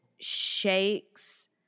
Shakes